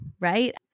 right